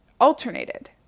alternated